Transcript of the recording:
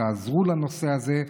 תעזרו לנושא הזה,